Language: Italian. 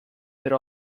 per